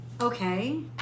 Okay